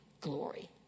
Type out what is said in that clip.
glory